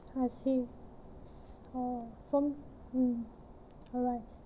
I see oh from mm alright